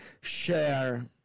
share